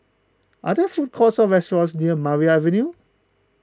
are there food courts or restaurants near Maria Avenue